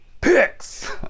Picks